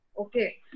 Okay